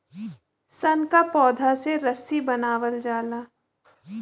सन क पौधा से रस्सी बनावल जाला